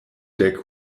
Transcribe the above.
dek